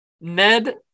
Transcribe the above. Ned